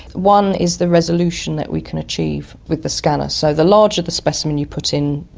one is the resolution that we can achieve with the scanner. so the larger the specimen you put in,